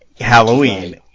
Halloween